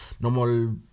normal